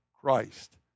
Christ